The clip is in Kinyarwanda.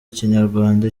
ikinyarwanda